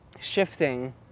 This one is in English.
shifting